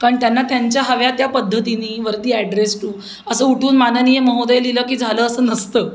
कारण त्यांना त्यांच्या हव्या त्या पद्धतीने वरती ॲड्रेस टू असं उठून माननीय महोदय लिहिलं की झालं असं नसतं